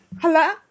Hello